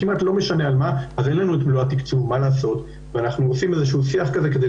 מה שקורה עכשיו זו לא עבודה כפולה,